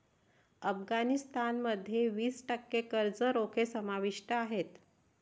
अफगाणिस्तान मध्ये वीस टक्के कर्ज रोखे समाविष्ट आहेत